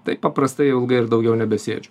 tai paprastai ilgai ir daugiau nebesėdžiu